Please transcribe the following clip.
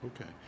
okay